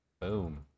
boom